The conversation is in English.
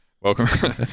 Welcome